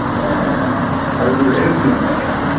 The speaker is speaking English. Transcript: and i remember interviewing that guy,